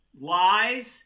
lies